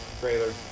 trailer